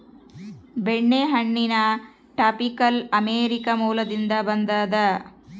ಬೆಣ್ಣೆಹಣ್ಣಿನ tropical America ಮೂಲದಿಂದ ಬಂದದ